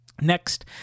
Next